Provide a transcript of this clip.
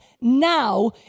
now